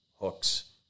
hooks